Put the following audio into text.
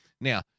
Now